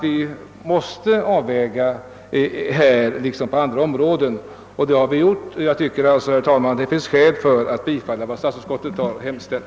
Vi måste ju avväga, här liksom på andra områden, och det har vi gjort. Jag tycker alltså, herr talman, att det finns skäl att bifalla vad statsutskottet har hemställt.